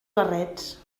barrets